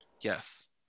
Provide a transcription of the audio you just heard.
Yes